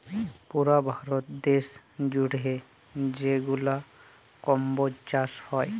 পুরা ভারত দ্যাশ জুইড়ে যেগলা কম্বজ চাষ হ্যয়